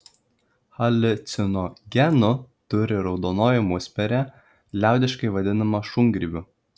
haliucinogenų turi raudonoji musmirė liaudiškai vadinama šungrybiu